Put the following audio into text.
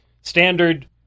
standard